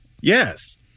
Yes